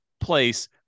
place